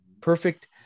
perfect